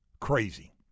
Crazy